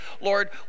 Lord